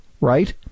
right